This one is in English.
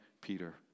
Peter